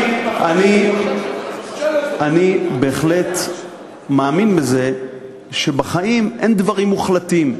אני בהחלט מאמין בזה שבחיים אין דברים מוחלטים,